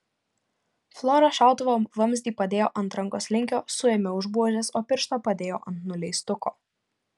flora šautuvo vamzdį padėjo ant rankos linkio suėmė už buožės o pirštą padėjo ant nuleistuko